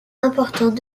important